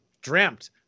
dreamt